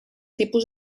tipus